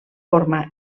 forma